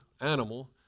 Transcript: animal